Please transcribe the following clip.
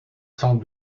sans